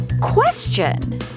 Question